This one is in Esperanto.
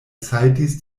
saltis